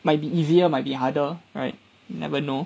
might be easier might be harder right never know